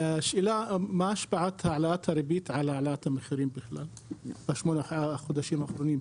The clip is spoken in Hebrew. השאלה מה השפעת העלאת הריבית על העלאת המחירים בכלל בחודשים האחרונים.